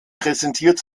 präsentiert